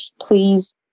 please